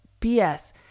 BS